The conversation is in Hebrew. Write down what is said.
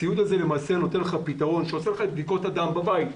הציוד הזה נותן פתרון שמאפשר לעשות את בדיקות הדם בבית,